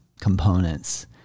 components